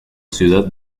ciudad